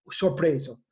surpreso